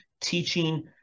teaching